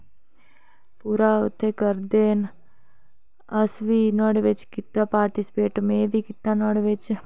पूरा करदे न अस बी नुहाड़े च कीता पार्टिस्पेट में बी कीता नुहाड़ै बिच